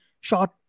short